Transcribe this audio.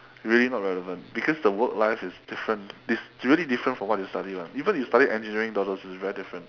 really not relevant because the work life is different it's really different from what you study lah even if you study engineering all those it's very different